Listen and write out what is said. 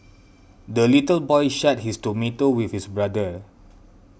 the little boy shared his tomato with his brother